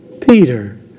Peter